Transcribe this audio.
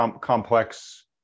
complex